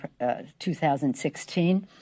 2016